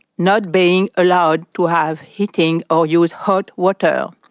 not being allowed to have heating or use hot water.